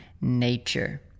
nature